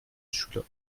schüler